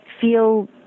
feel